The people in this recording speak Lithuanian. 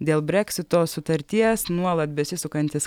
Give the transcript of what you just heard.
dėl breksito sutarties nuolat besisukantis